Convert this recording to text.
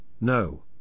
no